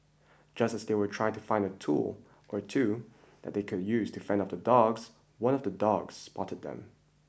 just as they were trying to find a tool or two that they could use to fend off the dogs one of the dogs spotted them